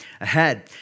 ahead